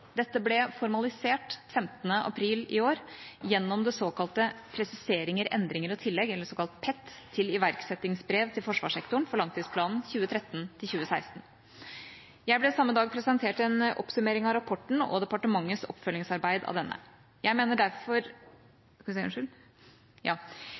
Dette ble formalisert 15. april i år gjennom det såkalte Presiseringer, endringer og tillegg, PET, til iverksettingsbrev til forsvarssektoren for langtidsplanen 2013–2016. Jeg ble samme dag presentert en oppsummering av rapporten og departementets oppfølgingsarbeid med denne.